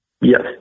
Yes